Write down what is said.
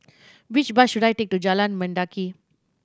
which bus should I take to Jalan Mendaki